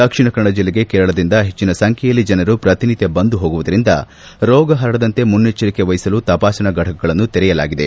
ದಕ್ಷಿಣಕನ್ನಡ ಜಿಲ್ಲೆಗೆ ಕೇರಳದಿಂದ ಹೆಚ್ಚನ ಸಂಖ್ಯೆಯಲ್ಲಿ ಜನರು ಪ್ರತಿನಿತ್ತ ಬಂದು ಹೋಗುವುದರಿಂದ ರೋಗ ಪರಡದಂತೆ ಮನ್ನೆಚ್ದರಿಕೆ ವಹಿಸಲು ತಪಾಸಣಾ ಫಟಕಗಳನ್ನು ತೆರೆಯಲಾಗಿದೆ